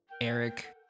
Eric